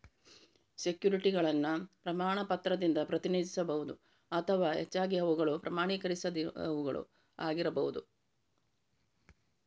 ಸೆಕ್ಯುರಿಟಿಗಳನ್ನು ಪ್ರಮಾಣ ಪತ್ರದಿಂದ ಪ್ರತಿನಿಧಿಸಬಹುದು ಅಥವಾ ಹೆಚ್ಚಾಗಿ ಅವುಗಳು ಪ್ರಮಾಣೀಕರಿಸದವುಗಳು ಆಗಿರಬಹುದು